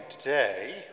today